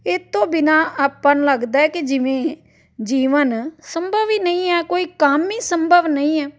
ਇਹ ਤੋਂ ਬਿਨਾਂ ਆਪਾਂ ਨੂੰ ਲੱਗਦਾ ਕਿ ਜਿਵੇਂ ਜੀਵਨ ਸੰਭਵ ਹੀ ਨਹੀਂ ਹੈ ਕੋਈ ਕੰਮ ਹੀ ਸੰਭਵ ਨਹੀਂ ਹੈ